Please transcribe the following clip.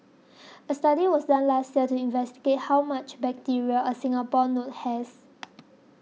a study was done last year to investigate how much bacteria a Singapore note has